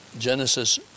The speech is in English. Genesis